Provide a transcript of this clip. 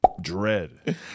Dread